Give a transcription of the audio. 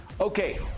Okay